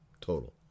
total